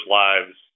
lives